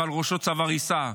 ועל ראשו צו הריסה,